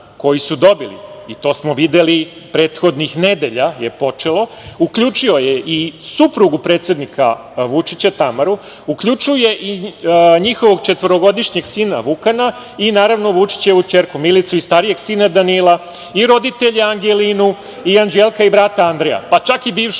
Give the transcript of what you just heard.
koji su dobili, i to smo videli prethodnih nedelja je počelo, uključio je i suprugu predsednika Vučića, Tamaru, uključuje i njihovog četvorogodišnjeg sina Vukana i Vučićevu ćerku Milicu i starijeg sina Danila i roditelje, Angelinu i Anđelka, i brata Andreja, pa čak i bivšu